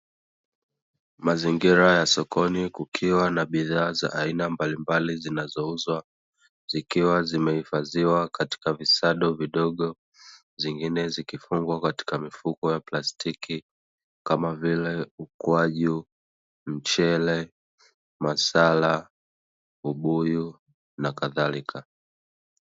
Mazigira ya sokoni kukiwa na bidhaa za aina mbalimbali zinazouzwa, zikiwa zimehifadhiwa katika visado vidogo, zingine zikifungwa katika mifuko ya plastiki kama vile ukwaju, mchele, masala, ubuyu na kadhalika .